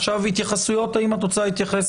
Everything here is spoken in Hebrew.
עכשיו האם את רוצה להתייחס